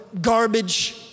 garbage